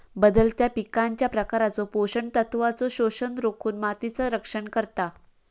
बदलत्या पिकांच्या प्रकारचो पोषण तत्वांचो शोषण रोखुन मातीचा रक्षण करता